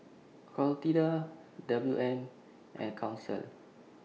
Clotilda W M and Council